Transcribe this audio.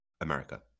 America